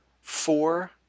four